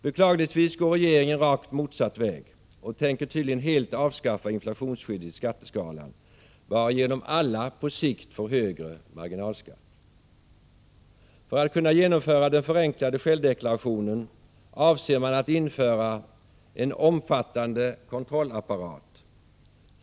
Beklagligtvis går regeringen rakt motsatt väg. Man tänker tydligen helt avskaffa inflationsskyddet i skatteskalan, varigenom alla på sikt får högre marginalskatt. För att kunna genomföra den förenklade självdeklarationen avser man att införa en omfattande kontrollapparat.